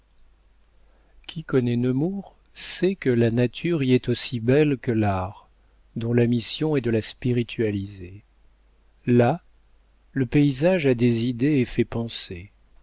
qui connaît nemours sait que la nature y est aussi belle que l'art dont la mission est de la spiritualiser là le paysage a des idées et fait penser